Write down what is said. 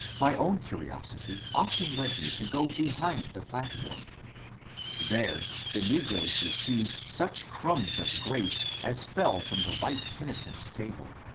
my own curiosity often led me to go behind the platform there the negroes received such crumbs of grace as fell from the white penitents' table.